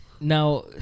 Now